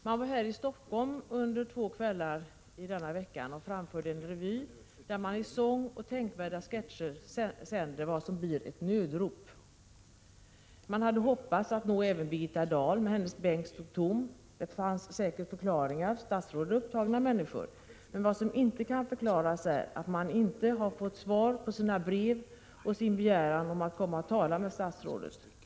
Man har här i Stockholm under två kvällar denna vecka framfört en revy, där man i sång och tänkvärda sketcher sänder vad som blir ett nödrop. Man hade hoppats nå även Birgitta Dahl, men hennes bänk stod tom. Det finns säkert förklaringar. Statsråd är upptagna människor. Men vad som inte kan förklaras är att man inte får svar på sina brev och sin begäran om att komma och tala med statsrådet.